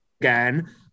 again